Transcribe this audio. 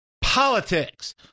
Politics